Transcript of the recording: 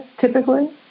typically